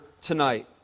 tonight